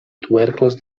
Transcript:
tubercles